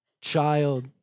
child